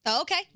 Okay